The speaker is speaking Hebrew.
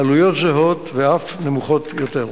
בעלויות זהות ואף נמוכות יותר.